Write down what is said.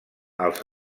els